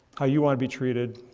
how you want to be treated.